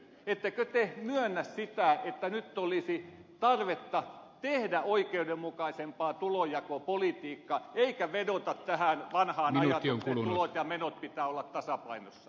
ettekö te myönnä sitä että nyt olisi tarvetta tehdä oikeudenmukaisempaa tulonjakopolitiikkaa eikä vedota tähän vanhaan ajatukseen että tulojen ja menojen pitää olla tasapainossa